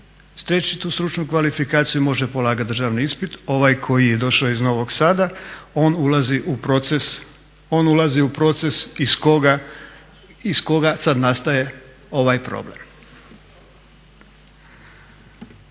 steći tu stručnu kvalifikaciju može polagati državni ispit, ovaj koji je došao iz Novog Sada on ulazi u proces iz koga sada nastaje ovaj problem.